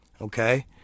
Okay